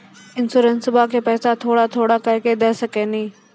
इंश्योरेंसबा के पैसा थोड़ा थोड़ा करके दे सकेनी?